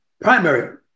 primary